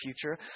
future